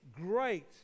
great